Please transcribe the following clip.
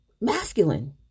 masculine